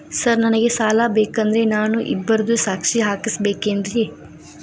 Sir ನನಗೆ ಸಾಲ ಬೇಕಂದ್ರೆ ನಾನು ಇಬ್ಬರದು ಸಾಕ್ಷಿ ಹಾಕಸಬೇಕೇನ್ರಿ?